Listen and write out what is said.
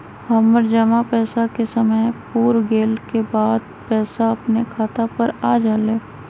हमर जमा पैसा के समय पुर गेल के बाद पैसा अपने खाता पर आ जाले?